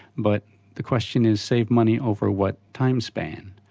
but the question is save money over what time span?